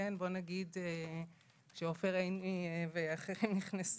כשעופר עיני ואחרים נכנסו,